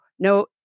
No